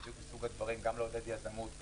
בדיוק מסוג הדברים של לעודד יזמות,